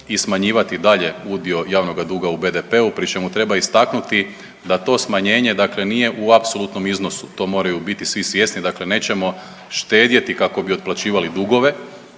i smanjivati dalje udio javnoga duga u BDP-u pri čemu treba istaknuti da to smanjenje dakle nije u apsolutnom iznosu. To moraju biti svi svjesni, dakle nećemo štedjeti kako bi otplaćivali dugove,